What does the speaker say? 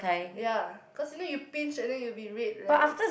ya cause only you pinch and then it will be red right